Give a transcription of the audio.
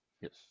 Yes